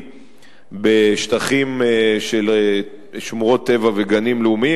בשטחים של שמורות טבע וגנים לאומיים.